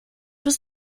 bis